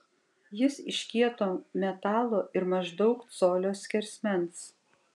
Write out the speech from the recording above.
jis iš kieto metalo ir maždaug colio skersmens